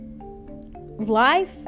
life